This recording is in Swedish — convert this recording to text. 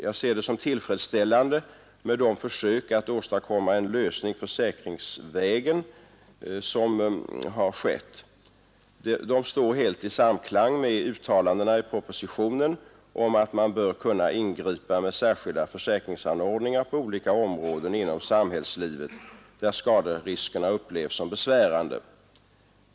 Jag ser det som tillfredsställande med de försök att åstadkomma en lösning försäkringsvägen som har skett. De står helt i samklang med uttalandena i propositionen om att man bör kunna ingripa med särskilda försäkringsanordningar på olika områden inom samhällslivet där skaderiskerna upplevs som besvärande.